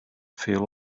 feel